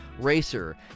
Racer